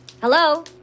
Hello